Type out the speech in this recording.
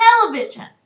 television